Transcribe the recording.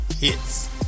hits